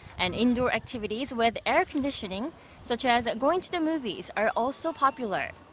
and indoor activities with air conditioning such as going to the movies are also popular.